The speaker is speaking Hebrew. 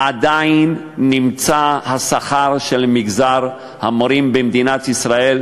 עדיין השכר של מגזר המורים במדינת ישראל